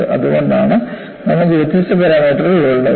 അതുകൊണ്ടാണ് നമുക്ക് വ്യത്യസ്ത പാരാമീറ്ററുകൾ ഉള്ളത്